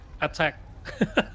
attack